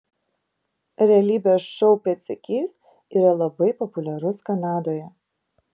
realybės šou pėdsekys yra labai populiarus kanadoje